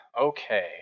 Okay